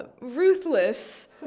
Ruthless